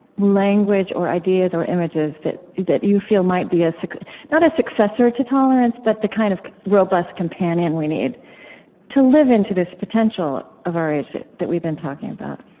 language or ideas or images that that you feel might be a so not a successor to tolerance but the kind of robust companion we need to live into this potential of our age that that we've been talking about